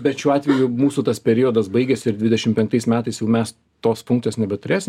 bet šiuo atveju mūsų tas periodas baigėsi ir dvdešim penktais metais jau mes tos funkcijos nebeturėsim